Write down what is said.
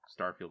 Starfield